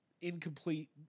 incomplete